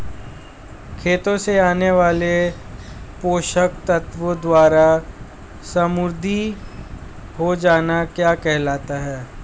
खेतों से आने वाले पोषक तत्वों द्वारा समृद्धि हो जाना क्या कहलाता है?